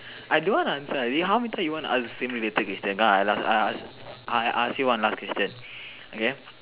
I don't want to answer how many time you want to ask the same related question come I ask I ask you one last question okay